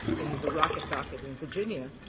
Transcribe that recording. in the rocket docket in virginia,